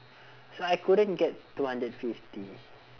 so I couldn't get two hundred fifty